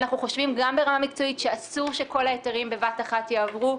אנחנו חושבים ברמה המקצועית שאסור שכל ההיתרים בבת אחת יעברו.